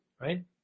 right